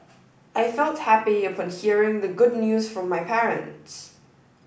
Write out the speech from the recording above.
I felt happy upon hearing the good news from my parents